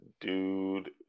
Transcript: dude